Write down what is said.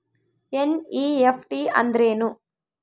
NEFT ಅಂದ್ರೆನು?